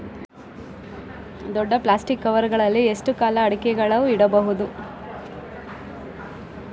ದೊಡ್ಡ plastic cover ಗಳಲ್ಲಿ ಎಷ್ಟು ಕಾಲ ಅಡಿಕೆಗಳನ್ನು ಇಡಬಹುದು?